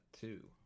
two